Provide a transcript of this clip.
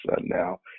now